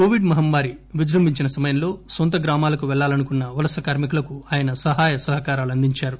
Covid మహమ్మారి విజృంభించిన సమయంలో నొంత గ్రామాలకు పెల్లాలనుకున్న వలస కార్మికులకు ఆయన సహాయ సహకారాలు అందించారు